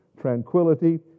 tranquility